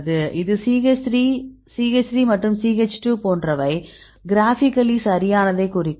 இது CH 3 CH 3 மற்றும் CH 2 போன்றவை கிராஃபிகல்லி சரியானதைக் குறிக்கும்